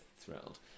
thrilled